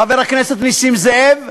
חבר הכנסת נסים זאב,